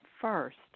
first